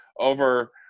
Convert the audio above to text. over